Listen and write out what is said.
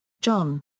John